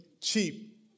cheap